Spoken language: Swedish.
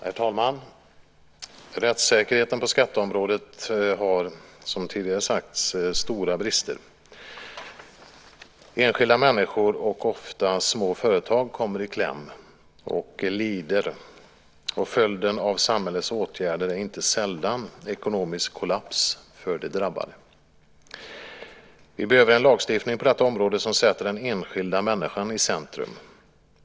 Herr talman! Rättssäkerheten på skatteområdet har, som tidigare sagts, stora brister. Enskilda människor och ofta små företag kommer i kläm och lider. Följden av samhällets åtgärder är inte sällan ekonomisk kollaps för de drabbade. Vi behöver en lagstiftning på detta område som sätter den enskilda människan i centrum.